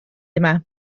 yma